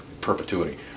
perpetuity